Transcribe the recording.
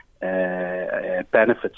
benefits